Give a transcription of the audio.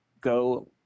go